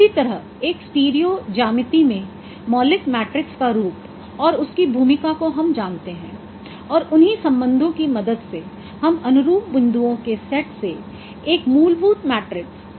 इसी तरह एक स्टीरियो ज्यामिति में मौलिक मैट्रिक्स का रूप और उसकी भूमिका जो हम जानते हैं और उन्ही संबंधों की मदद से हम अनुरूप बिंदुओं के सेट से एक मूलभूत मैट्रिक्स प्राप्त कर सकते हैं